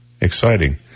Exciting